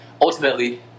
Ultimately